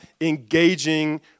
engaging